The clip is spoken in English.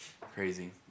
Crazy